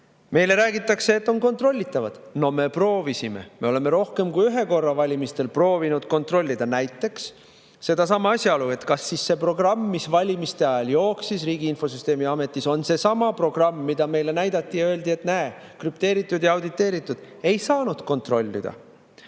Meile räägitakse, et on kontrollitavad. No me proovisime. Me oleme rohkem kui ühe korra valimistel proovinud kontrollida näiteks sedasama asjaolu, kas see programm, mis valimiste ajal jooksis Riigi Infosüsteemi Ametis, on seesama programm, mida meile näidati ja mille kohta öeldi, et näe, krüpteeritud ja auditeeritud. Ei saanud kontrollida.